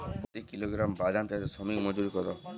প্রতি কিলোগ্রাম বাদাম চাষে শ্রমিক মজুরি কত?